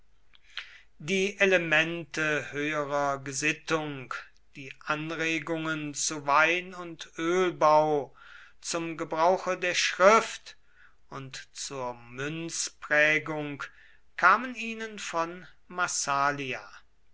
die elemente höherer gesittung die anregungen zu wein und ölbau zum gebrauche der schrift und zur münzprägung kamen ihnen von massalia